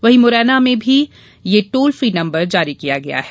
वहीं मुरैना में भी यह टोलफ्री नंबर जारी किया गया है